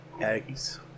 eggs